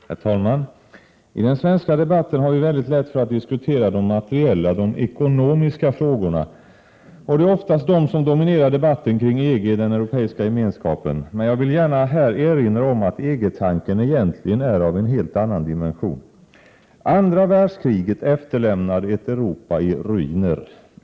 Herr talman! I den svenska debatten har vi mycket lätt för att diskutera de materiella och ekonomiska frågorna. Det är också oftast de som dominerar debatten kring EG, den europeiska gemenskapen. Men jag vill gärna här erinra om att EG-tanken egentligen är av en helt annan dimension. Andra världskriget efterlämnade ett Europa i ruiner.